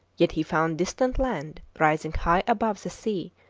yet he found distant land rising high above the sea,